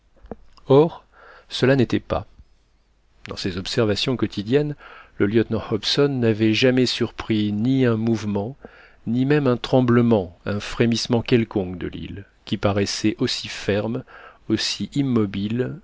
cela n'était pas dans ses observations quotidiennes le lieutenant hobson n'avait jamais surpris ni un mouvement ni même un tremblement un frémissement quelconque de l'île qui paraissait aussi ferme aussi immobile